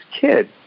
kid